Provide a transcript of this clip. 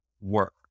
work